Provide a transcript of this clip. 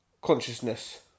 Consciousness